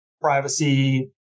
privacy